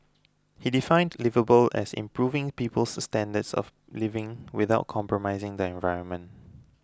he defined liveable as improving people's standards of living without compromising the environment